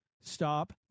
Stop